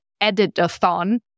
edit-a-thon